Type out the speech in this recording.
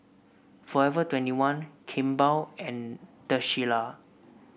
Forever twenty one Kimball and The Shilla